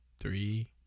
three